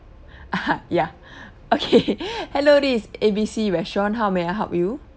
ah ha ya okay hello this is A B C restaurant how may I help you